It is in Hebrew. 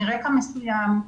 מרקע מסוים,